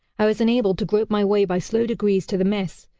i was enabled to grope my way by slow degrees to the mess,